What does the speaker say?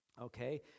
Okay